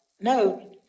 No